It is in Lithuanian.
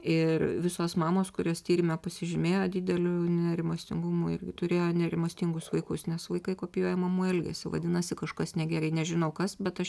ir visos mamos kurios tyrime pasižymėjo dideliu nerimastingumu irgi turėjo nerimastingus vaikus nes vaikai kopijuoja mamų elgesį vadinasi kažkas negerai nežinau kas bet aš